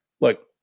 look